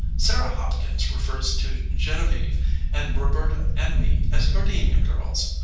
sarah hopkins refers to genevieve and roberta and me as gardenia girls!